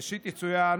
ראשית יצוין